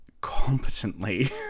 competently